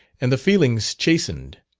and the feelings chastened.